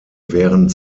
während